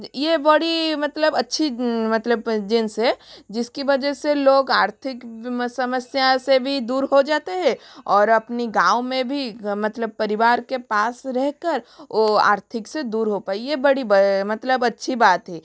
ये बड़ी मतलब अच्छी मतलब प्रेजेंस है जिसकी वजह से लोग आर्थिक समस्याओं से भी दूर हो जाते है और अपने गाँव में भी मतलब परिवार के पास रह कर वो आर्थिक से दूर हो पाए ये बड़ी मतलब अच्छी बात है